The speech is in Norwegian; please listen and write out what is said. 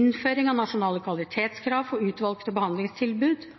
innføring av nasjonale kvalitetskrav for utvalgte behandlingstilbud